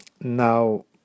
Now